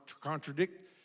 contradict